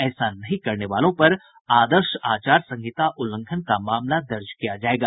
ऐसा नहीं करने वालों पर आदर्श आचार संहिता उल्लंघन का मामला दर्ज किया जायेगा